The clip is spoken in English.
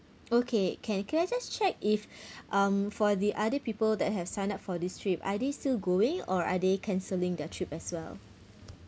okay can can I just check if um for the other people that have signed up for this trip are they still going or are they cancelling their trip as well